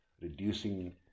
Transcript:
Reducing